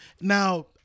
Now